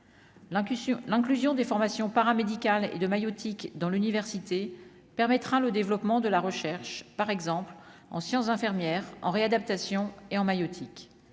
l'inclusion des formations paramédicales et de maïeutique dans l'université permettra le développement de la recherche, par exemple en sciences, infirmière en réadaptation et en maïeutique